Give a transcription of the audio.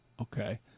Okay